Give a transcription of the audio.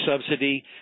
subsidy